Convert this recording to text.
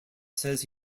says